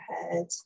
head